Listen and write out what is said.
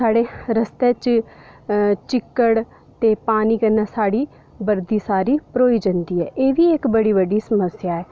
ते साढ़े रस्ते च चिक्कड़ ते पानी कन्नै साढ़ी बर्दी सारी भरोई जंदी ऐ एह्बी इक्क बड़ी बड्डी समस्या ऐ